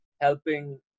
helping